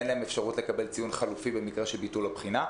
אין להם אפשרות לקבל ציון חלופי במקרה של ביטול הבחינה.